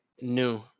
new